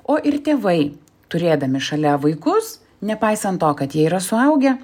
o ir tėvai turėdami šalia vaikus nepaisant to kad jie yra suaugę